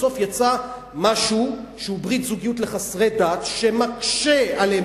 בסוף יצא משהו שהוא ברית לחסרי דת שמקשה עליהם,